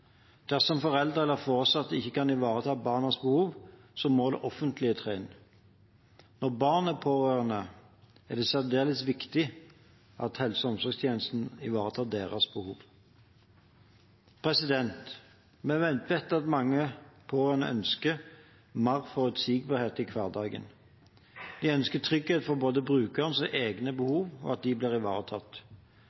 Dersom foreldre eller foresatte ikke kan ivareta barnas behov, må det offentlige tre inn. Når barn er pårørende, er det særdeles viktig at helse- og omsorgstjenestene også ivaretar deres behov. Vi vet at mange pårørende ønsker mer forutsigbarhet i hverdagen. De ønsker trygghet for at både brukerens og egne